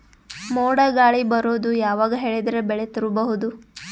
ಮೋಡ ಗಾಳಿ ಬರೋದು ಯಾವಾಗ ಹೇಳಿದರ ಬೆಳೆ ತುರಬಹುದು?